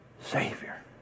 Savior